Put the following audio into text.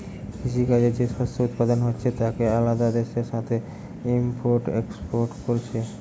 কৃষি কাজে যে শস্য উৎপাদন হচ্ছে তাকে আলাদা দেশের সাথে ইম্পোর্ট এক্সপোর্ট কোরছে